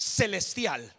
celestial